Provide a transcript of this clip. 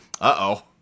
uh-oh